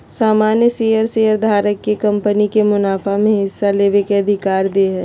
सामान्य शेयर शेयरधारक के कंपनी के मुनाफा में हिस्सा लेबे के अधिकार दे हय